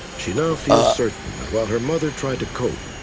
she now feels certain that while her mother tried to cope,